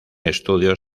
estudio